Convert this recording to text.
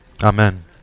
Amen